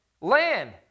land